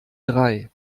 drei